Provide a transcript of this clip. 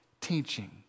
teaching